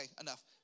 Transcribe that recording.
enough